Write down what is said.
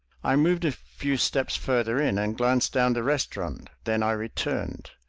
i moved a few steps farther in and glanced down the restaurant. then i returned.